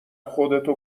خودتو